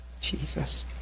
Jesus